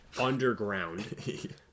underground